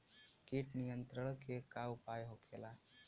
कीट नियंत्रण के का उपाय होखेला?